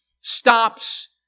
stops